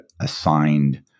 assigned